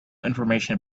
information